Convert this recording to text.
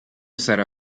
sarà